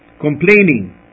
Complaining